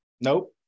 Nope